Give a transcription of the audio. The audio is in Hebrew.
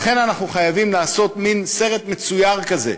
לכן אנחנו חייבים לעשות מין סרט מצויר כזה,